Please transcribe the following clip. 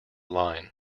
line